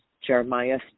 jeremiah